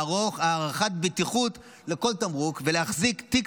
לערוך הערכת בטיחות לכל תמרוק ולהחזיק תיק